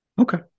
Okay